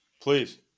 Please